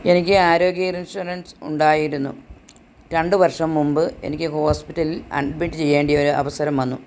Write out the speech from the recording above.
എനിക്ക് ആരോഗ്യ ഇൻഷൂറൻസ് ഉണ്ടായിരുന്നു രണ്ട് വർഷം മുൻപ് എനിക്ക് ഹോസ്പിറ്റലിൽ അഡ്മിറ്റ് ചെയ്യേണ്ട ഒരവസരം വന്നു